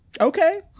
Okay